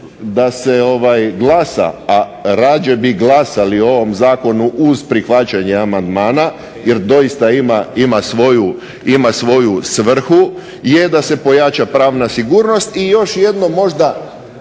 da se glasa, a rađe bi glasali o ovom zakonu uz prihvaćanje amandmana jer doista ima svoju svrhu je da se pojača pravna sigurnost. I još jedno možda